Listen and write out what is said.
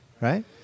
right